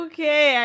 Okay